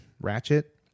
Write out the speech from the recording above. Ratchet